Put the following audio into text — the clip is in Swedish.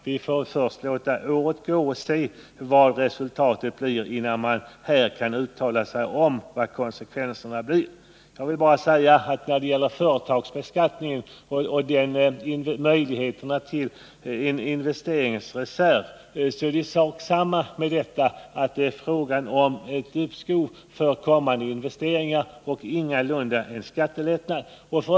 Vi måste avvakta och se vad resultatet blir då systemet tillämpats en tid innan vi kan uttala oss om vilka konsekvenserna blir. Beträffande företagsbeskattningen och möjligheterna att den vägen skapa en investeringsreserv är det sak samma i det fallet. Det är fråga om ett uppskov för kommande investeringar, och ingalunda om en skattelättnad —f.